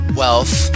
wealth